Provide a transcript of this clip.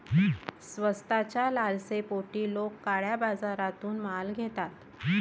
स्वस्ताच्या लालसेपोटी लोक काळ्या बाजारातून माल घेतात